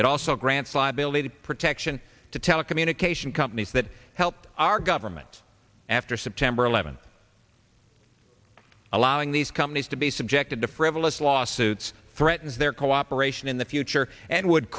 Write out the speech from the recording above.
it also grants five belated protection to telecommunication companies that helped our government after september eleventh allowing these companies to be subjected to frivolous lawsuits threatens their cooperation in the future and would